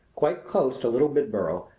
quite close to little bildborough,